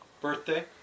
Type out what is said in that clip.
birthday